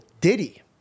Diddy